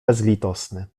bezlitosny